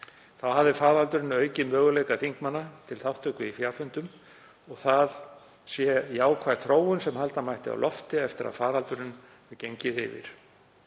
Þá hafi faraldurinn aukið möguleika þingmanna til þátttöku í fjarfundum og það sé jákvæð þróun sem halda mætti á lofti eftir að faraldurinn hefði gengið yfir.